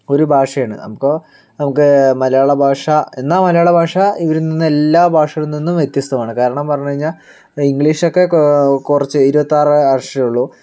ഒരു ഭാഷയാണ് അപ്പോൾ നമുക്ക് മലയാള ഭാഷ എന്നാൽ മലയാള ഭാഷ ഇവരിൽ നിന്ന് എല്ലാ ഭാഷകളിൽ നിന്നും വ്യത്യസ്തമാണ് കാരണം പറഞ്ഞു കഴിഞ്ഞാൽ ഇംഗ്ലീഷ് ഒക്കെ കോ കുറച്ച് ഇരുപത്തിയാറ് അക്ഷരമുള്ളു